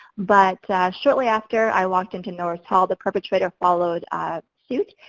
but shortly after i walked into norris hall, the perpetrator followed suit.